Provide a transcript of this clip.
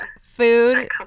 food